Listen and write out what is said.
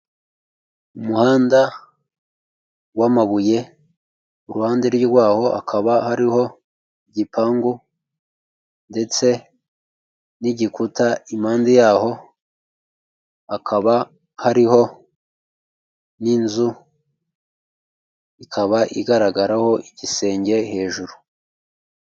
Umuhanda w'amabuye iruhande rwawo hakaba hariho igipangu ndetse n'igikuta, impande yaho hakaba hariho n'inzu ikaba igaragaraho igisenge hejuru.